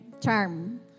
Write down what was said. Charm